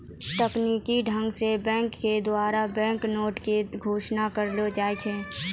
तकनीकी ढंग से बैंक के द्वारा बैंक नोट के घोषणा करलो जाय छै